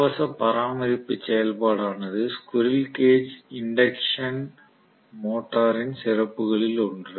இலவச பராமரிப்பு செயல்பாடானது ஸ்குரில் கேஜ் இண்டக்ஷன் மோட்டரின் சிறப்புகளில் ஒன்று